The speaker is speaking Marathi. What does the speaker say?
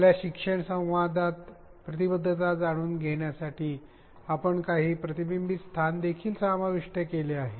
आपल्या शिक्षण संवादात प्रतिबद्धता जाणून घेण्यासाठी आपण काही प्रतिबिंबीत स्थान देखील समाविष्ट केले आहेत